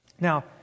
Now